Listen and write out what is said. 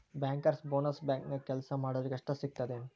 Bankers bonus ಬ್ಯಾಂಕ್ನ್ಯಾಗ್ ಕೆಲ್ಸಾ ಮಾಡೊರಿಗಷ್ಟ ಸಿಗ್ತದೇನ್?